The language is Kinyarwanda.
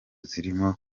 zirimo